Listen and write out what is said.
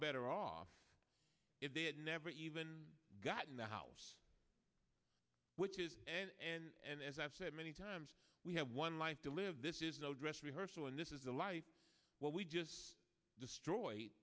better off if they never even got in the house which is and as i've said many times we have one life to live this is no dress rehearsal and this is the life what we just destroyed